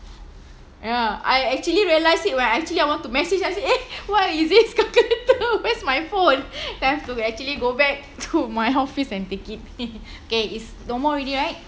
ya I actually realized it when actually I want to message I say eh why is this calculator where's my phone then I've to actually go back to my office and take it okay it's no more already right